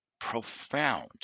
Profound